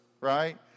right